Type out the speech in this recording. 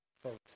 Folks